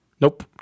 nope